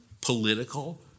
political